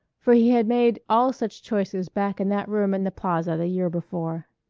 for he had made all such choices back in that room in the plaza the year before.